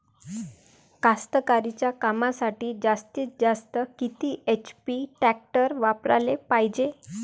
कास्तकारीच्या कामासाठी जास्तीत जास्त किती एच.पी टॅक्टर वापराले पायजे?